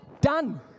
Done